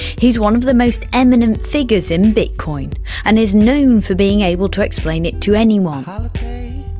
he is one of the most eminent figures in bitcoin and is known for being able to explain it to anyone. um